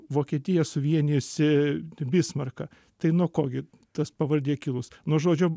vokietiją suvienijusį bismarką tai nuo ko gi tas pavardė kilus nuo žodžio